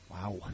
wow